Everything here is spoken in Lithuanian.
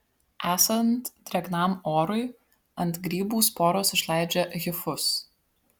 esant drėgnam orui ant grybų sporos išleidžia hifus